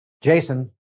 Jason